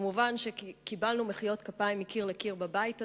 מובן שקיבלנו מחיאות כפיים מקיר לקיר בבית הזה,